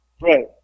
right